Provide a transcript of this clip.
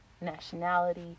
nationality